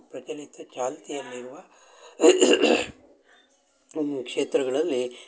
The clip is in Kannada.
ಪ್ರಚಲಿತ ಚಾಲ್ತಿಯಲ್ಲಿರುವ ಪ್ರಮುಖ ಕ್ಷೇತ್ರಗಳಲ್ಲಿ